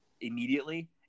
immediately